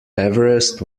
everest